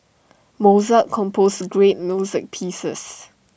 Mozart composed great music pieces